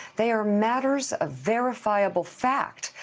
they are matters of verifiable fact,